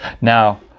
Now